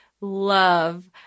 love